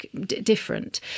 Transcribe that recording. different